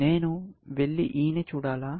నేను వెళ్లి E ని చూడాలా